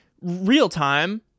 real-time